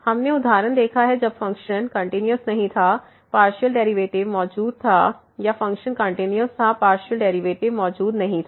हमने उदाहरण देखा है जब फ़ंक्शन कंटिन्यूस नहीं था पार्शियल डेरिवेटिव्स मौजूद था या फ़ंक्शन कंटिन्यूस था पार्शियल डेरिवेटिव मौजूद नहीं था